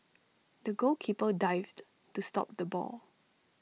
the goalkeeper dived to stop the ball